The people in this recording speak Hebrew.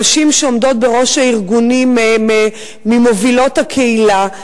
הנשים שעומדות בראש הארגונים הן ממובילות הקהילה,